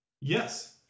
Yes